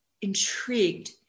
intrigued